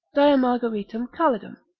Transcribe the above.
diamargaritum calidum.